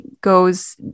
goes